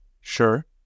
sure